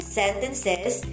sentences